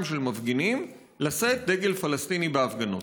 של מפגינים לשאת דגל פלסטיני בהפגנות?